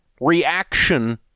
reaction